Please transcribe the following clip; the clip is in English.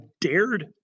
dared